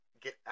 get